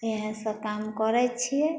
इएह सब काम करै छियै